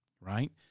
right